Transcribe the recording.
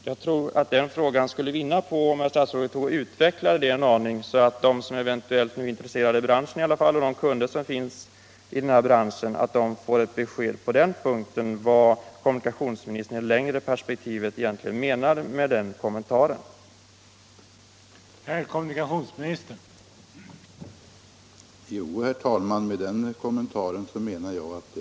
Jag tror att frågan skulle vinna på att statsrådet utvecklade detta en aning, så att i alla fall de som eventuellt är intresserade i branschen = Nr 86 och de kunder som finns i branschen får ett besked om vad kommu Torsdagen den nikationsministern i det längre perspektivet egentligen menar med den 18 mars 1976